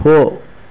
போ